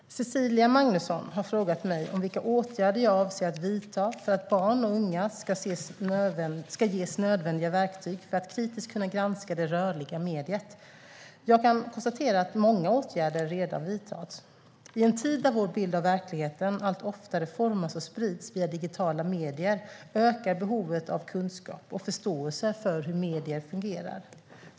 Fru talman! Cecilia Magnusson har frågat mig om vilka åtgärder jag avser att vidta för att barn och unga ska ges nödvändiga verktyg för att kritiskt kunna granska det rörliga mediet. Jag kan konstatera att många åtgärder redan vidtas. I en tid där vår bild av verkligheten allt oftare formas och sprids via digitala medier ökar behovet av kunskap och förståelse för hur medier fungerar.